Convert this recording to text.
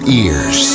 ears